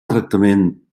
tractament